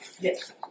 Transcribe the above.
Yes